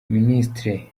minisitiri